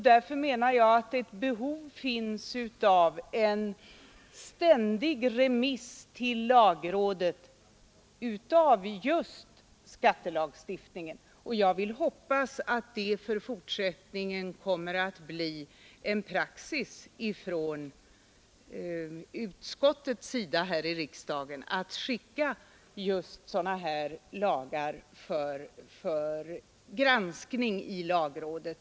Därför menar jag att det föreligger behov av en ständig remiss till lagrådet av skattelagstiftningen. Jag hoppas också att det i fortsättningen kommer att bli praxis från utskottets sida att skicka sådana lagar för granskning av lagrådet.